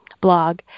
blog